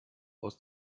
aus